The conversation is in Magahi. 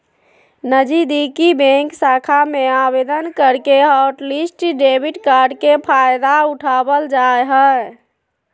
नजीदीकि बैंक शाखा में आवेदन करके हॉटलिस्ट डेबिट कार्ड के फायदा उठाबल जा हय